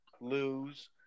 lose